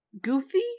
goofy